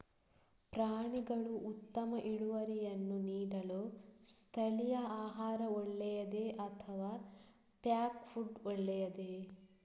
ಪ್ರಾಣಿಗಳು ಉತ್ತಮ ಇಳುವರಿಯನ್ನು ನೀಡಲು ಸ್ಥಳೀಯ ಆಹಾರ ಒಳ್ಳೆಯದೇ ಅಥವಾ ಪ್ಯಾಕ್ ಫುಡ್ ಒಳ್ಳೆಯದೇ?